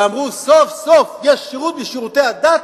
ואמרו: סוף-סוף יש בשירותי הדת